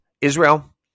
Israel